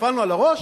נפלנו על הראש?